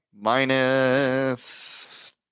Minus